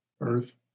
earth